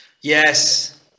Yes